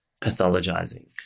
pathologizing